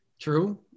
True